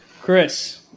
Chris